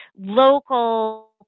local